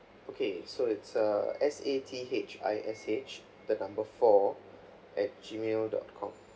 okay so it's uh S A T H I S H the number four at G mail dot com